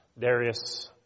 Darius